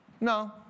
No